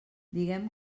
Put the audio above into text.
diguem